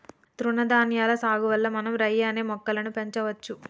తృణధాన్యాల సాగు వల్ల మనం రై అనే మొక్కలను పెంచవచ్చు